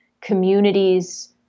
communities